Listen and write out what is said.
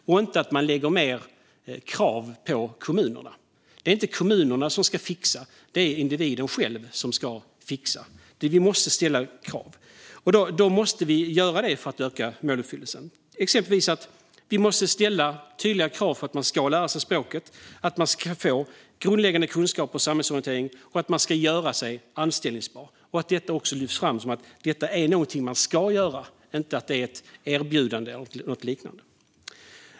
Man ska inte ställa mer krav på kommunerna. Det är inte kommunerna som ska fixa detta - det är individen själv som ska fixa det. Vi måste ställa krav för att öka måluppfyllelsen. Exempelvis måste vi ställa tydliga krav på att man ska lära sig språket, få grundläggande samhällsorientering och göra sig anställbar. Detta måste lyftas fram som något man ska göra - det är inte ett erbjudande eller något liknande.